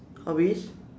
hobbies